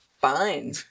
Fine